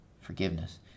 forgiveness